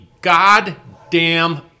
goddamn